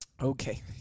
Okay